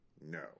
no